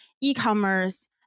e-commerce